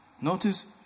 Notice